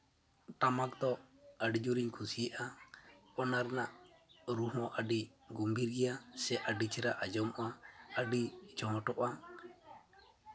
ᱴᱟᱢᱟᱠ ᱫᱚ ᱟᱹᱰᱤ ᱡᱳᱨᱤᱧ ᱠᱩᱥᱤᱭᱟᱜᱼᱟ ᱚᱱᱟ ᱨᱮᱭᱟᱜ ᱨᱩ ᱦᱚᱸ ᱟᱹᱰᱤ ᱜᱚᱢᱵᱷᱤᱨ ᱜᱮᱭᱟ ᱥᱮ ᱟᱹᱰᱤ ᱪᱮᱦᱨᱟ ᱟᱸᱡᱚᱢᱚᱜᱼᱟ ᱟᱹᱰᱤ ᱪᱚᱦᱚᱴᱚᱜᱼᱟ